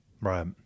Right